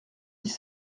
dix